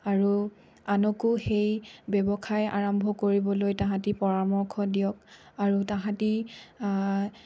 আৰু আনকো সেই ব্যৱসায় আৰম্ভ কৰিবলৈ তাহাঁতে পৰামৰ্শ দিয়ক আৰু তাহাঁতে